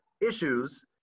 issues